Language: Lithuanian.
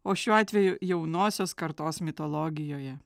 o šiuo atveju jaunosios kartos mitologijoje